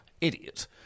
Idiot